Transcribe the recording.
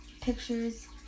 pictures